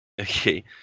Okay